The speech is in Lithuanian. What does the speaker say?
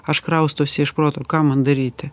aš kraustausi iš proto ką man daryti